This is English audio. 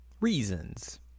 Reasons